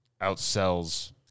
outsells